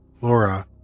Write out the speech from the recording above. Laura